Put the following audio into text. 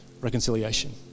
reconciliation